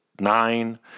nine